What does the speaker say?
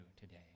today